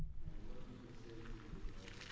and let me just say to you that